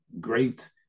great